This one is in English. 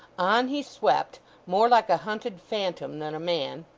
on he swept more like a hunted phantom than a man,